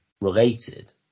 related